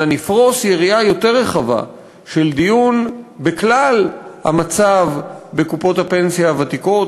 אלא נפרוס יריעה יותר רחבה של דיון בכלל המצב בקופות הפנסיה הוותיקות,